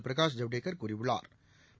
பிரகாஷ் ஜவ்டேகா் கூறியுள்ளாா்